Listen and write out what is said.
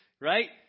right